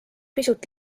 pisut